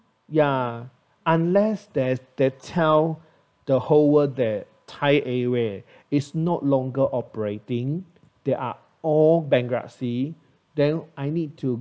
ya unless there's that tell the whole world that thai airway is not longer operating they are all bankruptcy then I need to